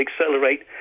accelerate